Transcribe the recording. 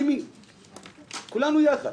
אתה חלק מוועדת ההסכמות, נכון?